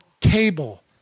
table